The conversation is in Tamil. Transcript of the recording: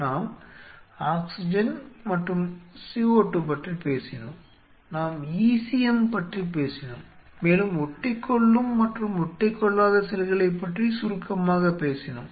நாம் ஆக்ஸிஜன் மற்றும் CO2 பற்றிப் பேசினோம் நாம் ECM பற்றிப் பேசினோம் மேலும் ஒட்டிக்கொள்ளும் மற்றும் ஒட்டிக்கொள்ளாத செல்களைப் பற்றி சுருக்கமாகப் பேசினோம்